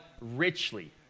richly